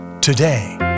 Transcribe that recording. today